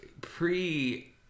pre